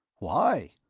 why?